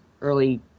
early